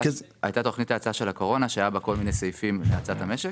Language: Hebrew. הייתה תוכנית האצה של הקורונה שהיו בה כל מיני סעיפים להאצת המשק.